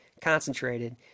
concentrated